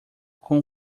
com